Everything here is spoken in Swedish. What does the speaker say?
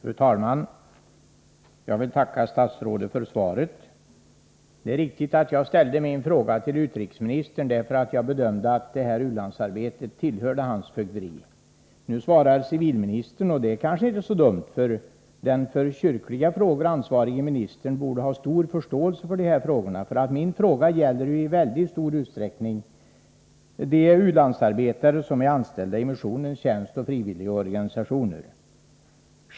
Fru talman! Jag vill tacka statsrådet för svaret. Det är riktigt att jag ställde min fråga till utrikesministern. Jag bedömde det nämligen så att frågor om u-landsarbete tillhörde hans fögderi. Nu svarade civilministern, och det är kanske inte så dumt, eftersom den för kyrkliga frågor ansvarige ministern borde ha stor förståelse för de här problemen. Min interpellation gäller i mycket stor utsträckning de ulandsarbetare som är anställda i missionens och andra frivilligorganisationers tjänst.